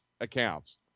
accounts